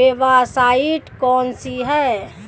Website कौन सी है?